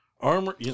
armor